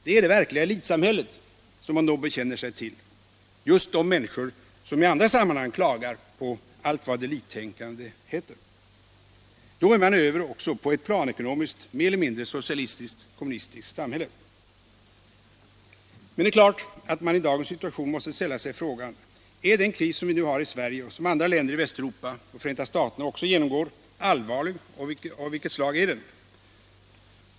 Det är det verkliga elitsamhället man då bekänner sig till — alltså samma människor som i andra sammanhang klagar på allt vad elittänkande heter. Då har man också kommit över till ett planekonomiskt mer eller mindre socialistiskt-kommunistiskt samhälle. Men det är givet att man i dagens situation måste ställa sig frågan: Är den kris som vi nu har i Sverige och som andra länder i Västeuropa och Förenta staterna också genomgår allvarlig, och av vilket slag är den?